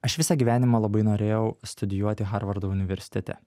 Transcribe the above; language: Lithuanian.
aš visą gyvenimą labai norėjau studijuoti harvardo universitete